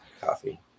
coffee